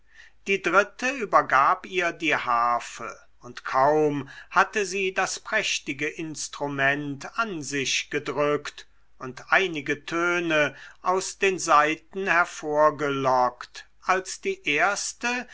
die dritte übergab ihr die harfe und kaum hatte sie das prächtige instrument an sich gedrückt und einige töne aus den saiten hervorgelockt als die erste